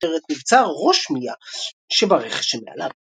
יותר את מבצר ראש מיה שברכס שמעליו.